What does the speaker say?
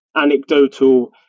anecdotal